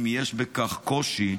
אם יש בכך קושי,